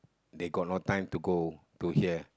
they got no time to go to here